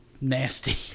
nasty